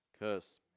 curse